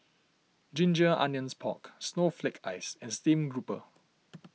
Ginger Onions Pork Snowflake Ice and Stream Grouper